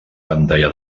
pantalla